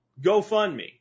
GoFundMe